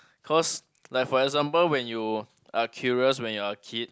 cause like for example when you are curious when you are kid